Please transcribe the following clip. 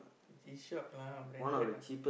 G-shock lah branded ah